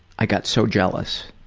i got so jealous